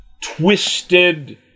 twisted